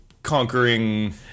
conquering